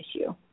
issue